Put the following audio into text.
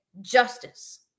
justice